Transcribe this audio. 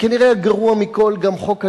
וכנראה הגרוע מכול, גם חוק הג'ונגל,